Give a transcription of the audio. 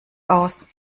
aus